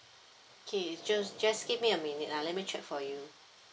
okay just just give me a minute ah let me check for you